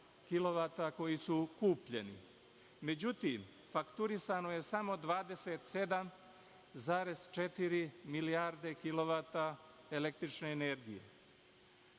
koji su kupljeni. Međutim, fakturisano je samo 27,4 milijarde kilovata električne energije.